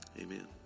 Amen